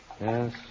Yes